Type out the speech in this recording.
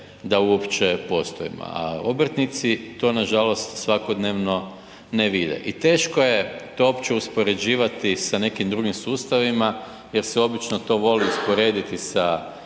da uopće postojimo, a obrtnici to nažalost svakodnevno ne vide. I teško je to uopće uspoređivati sa nekim drugim sustavima jer se obično to voli usporediti sa